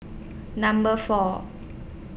Number four